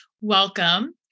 welcome